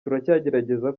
turacyagerageza